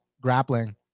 grappling